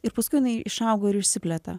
ir paskui jinai išaugo ir išsiplėtė